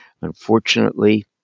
unfortunately